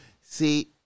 See